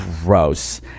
Gross